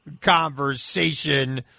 conversation